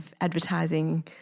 advertising